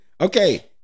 Okay